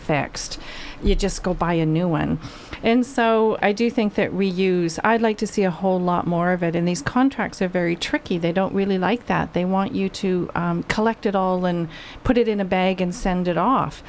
fixed you just go buy a new one and so i do think that reuse i'd like to see a whole lot more of it in these contracts are very tricky they don't really like that they want you to collect it all and put it in a bag and send it off